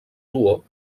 duo